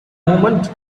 moment